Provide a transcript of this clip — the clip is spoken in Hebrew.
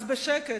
אז בשקט,